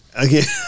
Again